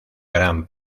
gran